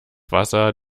wasser